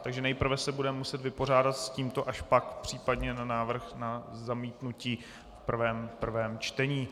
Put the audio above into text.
Takže nejprve se budeme muset vypořádat s tímto, až pak případně na návrh na zamítnutí v prvém čtení.